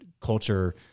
culture